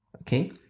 Okay